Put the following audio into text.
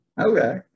Okay